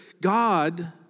God